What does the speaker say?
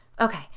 okay